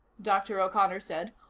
dr. o'connor said,